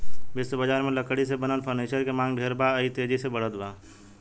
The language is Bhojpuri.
विश्व बजार में लकड़ी से बनल फर्नीचर के मांग ढेर बा आ इ तेजी से बढ़ते बा